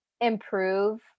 improve